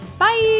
Bye